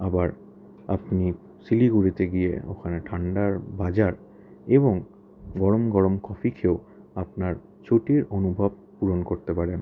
আবার আপনি শিলিগুড়িতে গিয়ে ওখানে ঠান্ডার বাজার এবং গরম গরম কফি খেয়েও আপনার ছুটির অনুভব পূরণ করতে পারেন